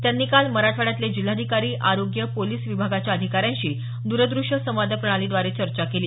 त्यांनी काल मराठवाड्यातले जिल्हाधिकारी आरोग्य पोलिस विभागाच्या अधिकाऱ्यांशी द्रदृश्य संवाद प्रणालीद्वारे चर्चा केली